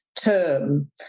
term